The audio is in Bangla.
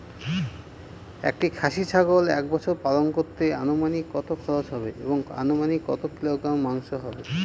একটি খাসি ছাগল এক বছর পালন করতে অনুমানিক কত খরচ হবে এবং অনুমানিক কত কিলোগ্রাম মাংস হবে?